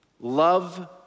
Love